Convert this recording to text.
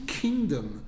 kingdom